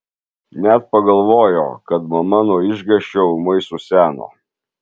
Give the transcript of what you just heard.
net pagalvojo kad mama nuo išgąsčio ūmai suseno